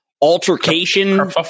altercation